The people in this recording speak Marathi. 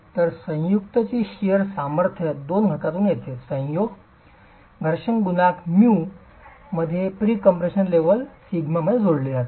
तर संयुक्त ची शिअर सामर्थ्य दोन घटकांमधून येते संयोग © घर्षण गुणांक μ मध्ये प्रीकम्पप्रेशन लेव्हल σ मध्ये जोडली जाते